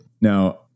Now